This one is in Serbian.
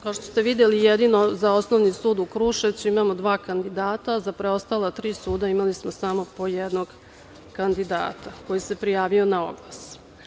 Kao što ste videli, jedino za Osnovni sud u Kruševcu imamo dva kandidata, a za preostala tri suda imali smo samo po jednog kandidata koji se prijavio na oglas.